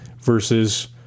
versus